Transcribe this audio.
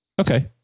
Okay